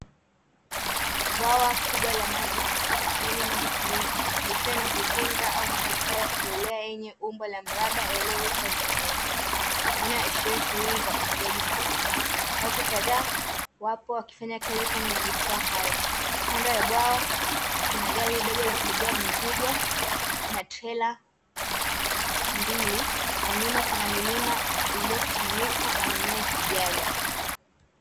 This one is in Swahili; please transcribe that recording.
Bwawa kubwa la maji lenye maji tulivu likiwa na vizimba au majukwaa ya kuelea lenye umbo la mraba lililowekwa ndani yake pia husaidia shughuli za samaki watu kadhaa wapo wakifanya kazi kwenye majukwaa hayo kando ya bwawa kuna gari dogo la kubebea mizigo na trela mbili na nyuma kuna milima iliofunikwa na mimea ya kijani.